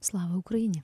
slava ukraine